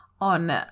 on